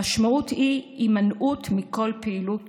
המשמעות היא הימנעות מכל הפעילות